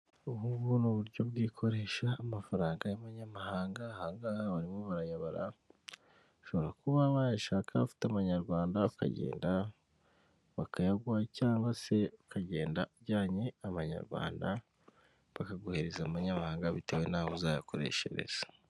Ubu ngubu ni uburyo bw'ikoresha amafaranga y'amanyamahanga, aha ngaha barimo barayabara, ushobora kuba wayashaka afite Amanyarwanda ukagenda bakayaguha, cyangwa se ukagenda ujyanye Amanyarwanda bakaguhereza amanyamahanga bitewe n'aho uzayakoreshereza.